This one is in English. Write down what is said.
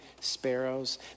sparrows